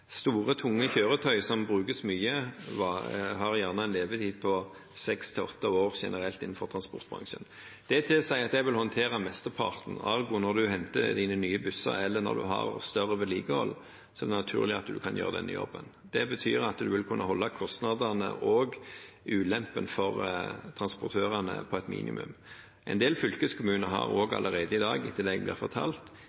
Store, tunge kjøretøy som brukes mye, har gjerne en levetid på seks–åtte år, generelt innenfor transportbransjen. Det tilsier at det vil håndtere mesteparten. Ergo når en henter sine nye busser, eller når en har større vedlikehold, er det naturlig at en kan gjøre denne jobben. Det betyr at en vil kunne holde kostnadene – og ulempen – for transportørene på et minimum. En del fylkeskommuner har